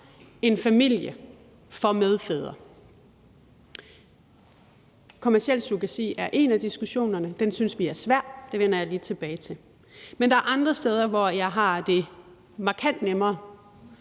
en familie for medfædre. Kommerciel surrogati er en af diskussionerne, og den synes vi er svær, og det vender jeg lige tilbage til. Men der er andre steder, hvor jeg har det markant nemmere,